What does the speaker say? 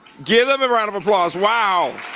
give them a round of applause. wow,